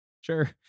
sure